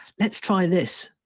let's try this.